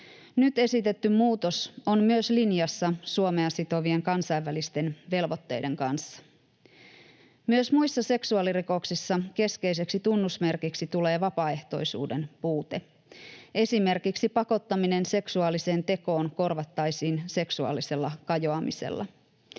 Nyt esitetty muutos on myös linjassa Suomea sitovien kansainvälisten velvoitteiden kanssa. Myös muissa seksuaalirikoksissa keskeiseksi tunnusmerkiksi tulee vapaaehtoisuuden puute. Esimerkiksi pakottaminen seksuaaliseen tekoon korvattaisiin seksuaalisella kajoamisella.